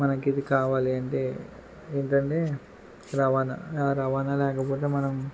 మనకి ఇది కావాలి అంటే ఏంటంటే రవాణా ఆ రవాణా లేకపోతే మనం